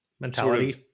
Mentality